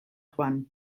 joan